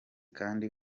kandi